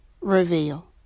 reveal